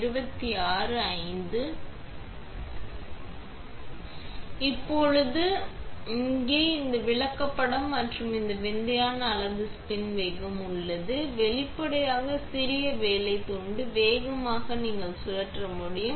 இப்போது அடுத்து நான் இங்கே இந்த விளக்கப்படம் மற்றும் இந்த விந்தையான அளவு ஸ்பின் வேகம் உள்ளது வெளிப்படையாக சிறிய வேலை துண்டு வேகமாக நீங்கள் சுழற்ற முடியும்